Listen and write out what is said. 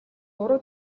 уруу